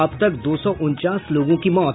अब तक दो सौ उनचास लोगों की मौत